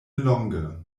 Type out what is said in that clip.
longe